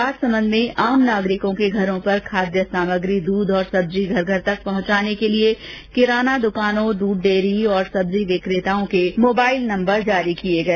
राजसमंद में आम नागरिकों के घरों पर खाद्य सामग्री दूध तथा सब्जी घर घर तक पहुंचाने के लिए किराना दुकानो दूध डेयरियों और सब्जी विक्रेताओं के मोबाइल नम्बर जारी किए गए